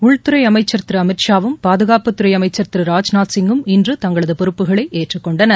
உள்துறை அளமச்சர் திரு அமித்ஷாவும் பாதுகாப்புத் துறை அமைச்சர் திரு ராஜ்நாத் சிங்கும் இன்று தங்களது பொறுப்புகளை ஏற்றுக் கொண்டனர்